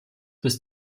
bis